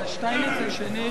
סעיף 11,